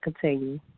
continue